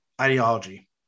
ideology